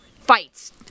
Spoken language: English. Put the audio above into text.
fights